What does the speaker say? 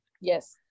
Yes